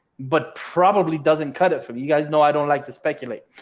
but probably doesn't cut it from you guys know, i don't like to speculate.